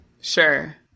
sure